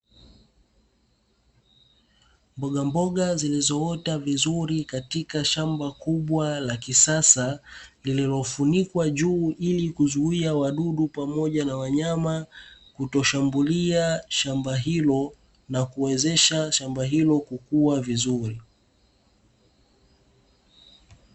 Mbogamboga zilizoota vizuri katika shamba kubwa la kisasa, liliofunikwa juu ili kuzuia wadudu pamoja na wanyama kutoshambulia shamba hilo, na kuwezesha shamba hilo kukua vizuri.